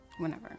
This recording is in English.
Whenever